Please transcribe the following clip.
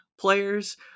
players